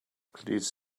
please